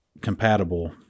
compatible